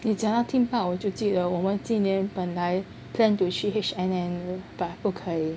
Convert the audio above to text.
你讲到 theme park 我就记得我们今年本来 plan to 去 H_N_N but 不可以